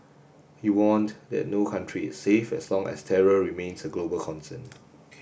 he warned that no country is safe as long as terror remains a global concern